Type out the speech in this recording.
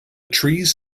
trees